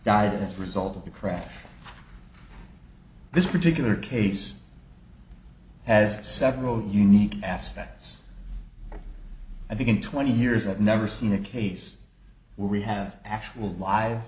the crash this particular case has several unique aspects i think in twenty years i've never seen a case where we have actual live